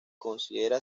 considera